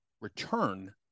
return